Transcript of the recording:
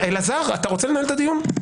אלעזר, אתה רוצה לנהל את הדיון?